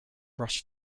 brush